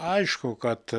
aišku kad